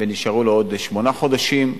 ונשארו לו עוד שמונה חודשים,